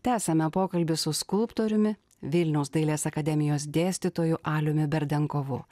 tęsiame pokalbį su skulptoriumi vilniaus dailės akademijos dėstytoju aliumi berdenkovu